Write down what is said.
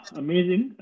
amazing